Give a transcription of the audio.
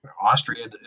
Austria